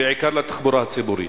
בעיקר לתחבורה הציבורית.